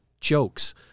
jokes